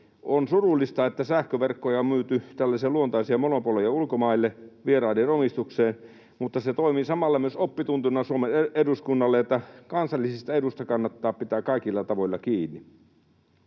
On surullista, että on myyty sähköverkkoja, tällaisia luontaisia monopoleja, ulkomaille vieraiden omistukseen, mutta se toimii samalla myös oppituntina Suomen eduskunnalle, että kansallisista eduista kannattaa pitää kaikilla tavoilla kiinni.